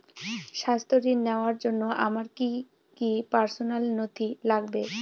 স্বাস্থ্য ঋণ নেওয়ার জন্য আমার কি কি পার্সোনাল নথি লাগবে?